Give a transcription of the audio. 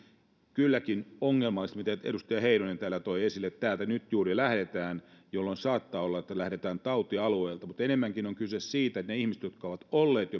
kylläkin ongelmallisena mitä edustaja heinonen täällä toi esille täältä nyt juuri lähdetään jolloin saattaa olla että lähdetään tautialueelta mutta enemmänkin on kyse siitä että niitä ihmisiä jotka ovat olleet